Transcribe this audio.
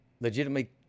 legitimately